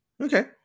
Okay